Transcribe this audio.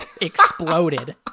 exploded